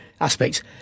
aspects